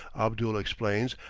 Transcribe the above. abdul explains,